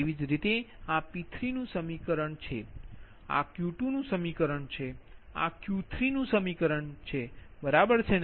તેવી જ રીતે આ P3નુ સમીકરણ છે આ Q2નુ સમીકરણ છે અને આ Q3નુ સમીકરણ છે બરાબર છે